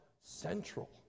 central